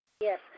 Yes